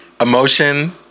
emotion